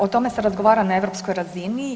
O tome se razgovara na europskoj razini.